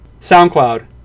SoundCloud